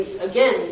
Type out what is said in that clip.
again